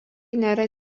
nėra